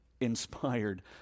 inspired